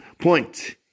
point